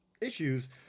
issues